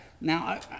Now